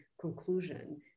conclusion